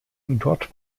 dort